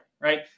right